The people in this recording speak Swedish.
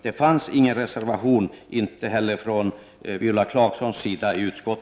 Det fanns ingen reservation i utskottet, inte heller från Viola Claessons sida.